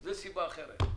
זה סיבה אחרת.